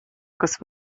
kas